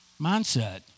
mindset